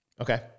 Okay